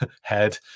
Head